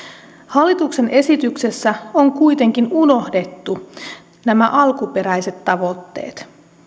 hallituksen esityksessä on kuitenkin unohdettu nämä alkuperäiset tavoitteet